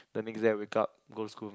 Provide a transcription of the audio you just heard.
the next day I wake up go school